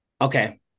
okay